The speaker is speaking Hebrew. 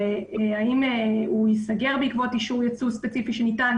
האם הוא ייסגר בעקבות אישור יצוא ספציפי שניתן,